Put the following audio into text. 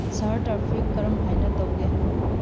ꯁꯍꯔ ꯇ꯭ꯔꯥꯐꯤꯛ ꯀꯔꯝ ꯍꯥꯏꯅ ꯇꯧꯒꯦ